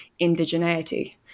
indigeneity